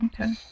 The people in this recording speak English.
Okay